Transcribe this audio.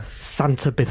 Santa